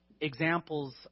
examples